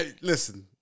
listen